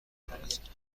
میکند